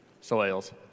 soils